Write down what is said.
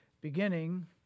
beginning